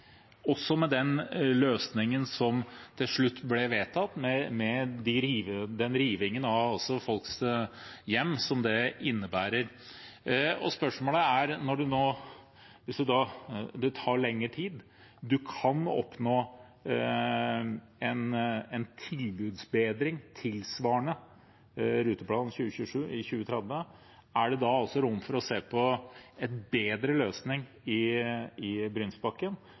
også med den løsningen som til slutt ble vedtatt, som innebærer riving av folks hjem. Spørsmålet er: Hvis det tar lengre tid og man kan oppnå en tilbudsforbedring tilsvarende Rutemodell 2027 i 2030, er det da også rom for å se på en bedre løsning i Brynsbakken, slik at det er mer langsiktig? Det er helt klart at diskusjonen om løsningen i